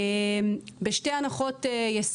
(אגף מבצעים), בשתי הנחות יסוד.